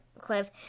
cliff